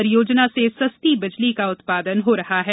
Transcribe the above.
परियोजना से सस्ती बिजली का उत्पादन हो रहा है